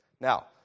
Now